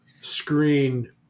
screen